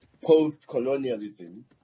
post-colonialism